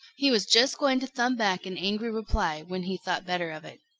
he was just going to thump back an angry reply, when he thought better of it.